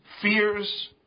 fears